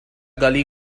gully